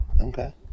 Okay